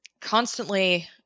constantly